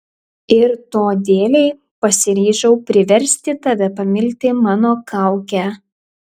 ir to dėlei pasiryžau priversti tave pamilti mano kaukę